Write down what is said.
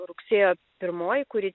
rugsėjo pirmoji kuri